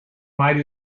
might